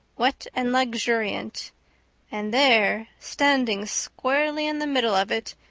wet and luxuriant and there, standing squarely in the middle of it,